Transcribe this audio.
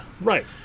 Right